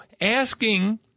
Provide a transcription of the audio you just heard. asking